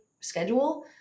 schedule